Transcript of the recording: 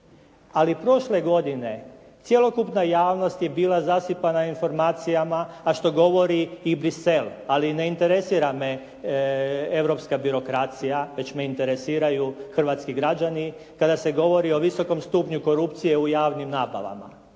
Ali prošle godine cjelokupna javnost je bila zasipana informacijama, a što govori i Bruxelles, ali ne interesira me europska birokracija, već me interesiraju hrvatski građani kada se govori o visokom stupnju korupcije u javnim nabavama.